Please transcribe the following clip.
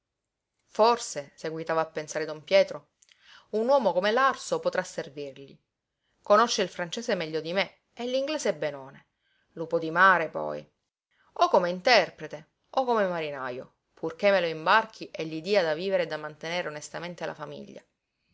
passeggeri forse seguitava a pensare don pietro un uomo come l'arso potrà servirgli conosce il francese meglio di me e l'inglese benone lupo di mare poi o come interprete o come marinajo purché me lo imbarchi e gli dia da vivere e da mantenere onestamente la famiglia